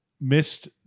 missed